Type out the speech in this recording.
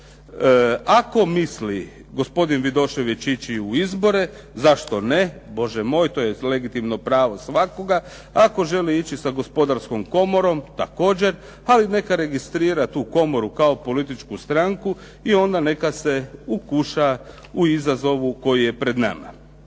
Ako misli gospodin Vidošević ići u izbore, zašto ne, Bože moj, to je legitimno pravo svakoga. Ako želi ići sa Gospodarskom komorom također, pa i neka registrira tu komoru kao političku stranku i onda neka se okuša u izazovu koji je pred nama.